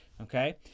okay